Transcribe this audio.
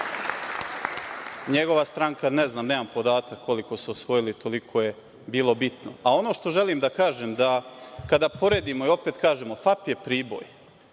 NJegova stranka, ne znam, nemam podatak koliko su osvojili, toliko je bilo bitno. Ono što želim da kažem, kada poredimo, i opet kažemo, FAP je Priboj.